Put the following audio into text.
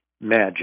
magic